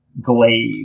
glaive